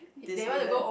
Disneyland